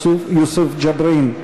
יוסף ג'בארין,